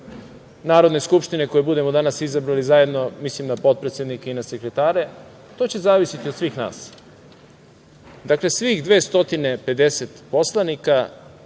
Narodne skupštine koju budemo danas izabrali zajedno, mislim na potpredsednika i na sekretare, to će zavisiti od svih nas. Dakle, svih 250 poslanika